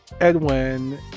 Edwin